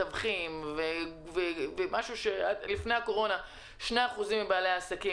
מתווכים ולפני הקורונה רק 2% מבעלי העסקים